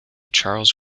charles